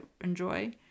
enjoy